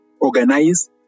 organize